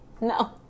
No